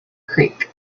creek